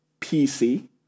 PC